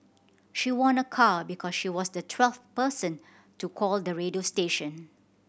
she won a car because she was the twelfth person to call the radio station